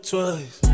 Twice